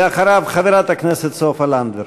ואחריו, חברת הכנסת סופה לנדבר.